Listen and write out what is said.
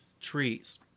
trees